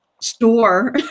store